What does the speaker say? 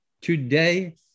today